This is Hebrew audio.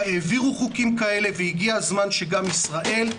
העבירו חוקים כאלה והגיע הזמן שגם ישראל.